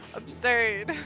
absurd